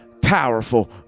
powerful